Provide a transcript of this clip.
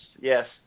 yes